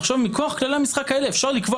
עכשיו מכוח כללי המשחק האלה אפשר לקבוע